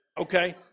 okay